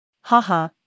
Haha